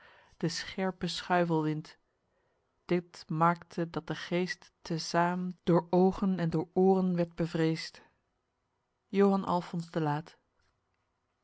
de scherpe schuifelwind dit mackte dat de geest te saem door oogen en door ooren werd bevreesd joh alf de laet